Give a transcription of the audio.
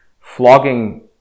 Flogging